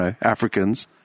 Africans